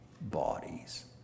bodies